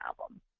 album